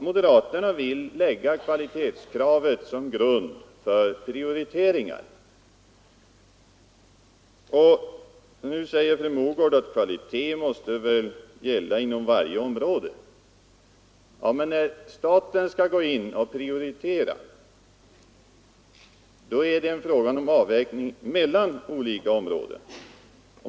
Moderaterna vill lägga kvalitetskravet som grund för prioriteringar, och nu säger fru Mogård att kravet på kvalitet måste gälla inom varje område. Men när staten skall prioritera är det en avvägning mellan olika områden.